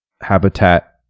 habitat